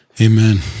amen